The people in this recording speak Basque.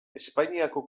espainiako